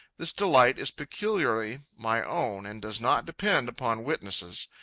this delight is peculiarly my own and does not depend upon witnesses.